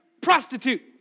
prostitute